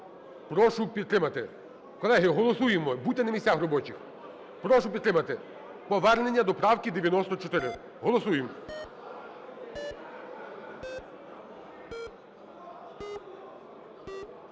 прошу підтримати. Колеги, голосуємо! Будьте на місцях робочих. Прошу підтримати повернення до правки 94. Голосуємо!